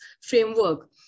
framework